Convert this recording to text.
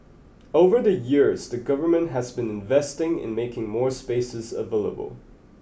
over the years the government has been investing in making more spaces available